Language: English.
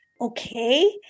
Okay